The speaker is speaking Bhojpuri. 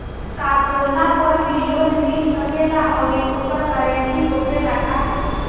का सोना पर भी लोन मिल सकेला आउरी ओकर गारेंटी होखेला का?